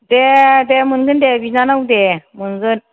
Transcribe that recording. दे दे मोनगोन दे बिनानाव दे मोनगोन